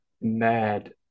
mad